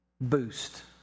boost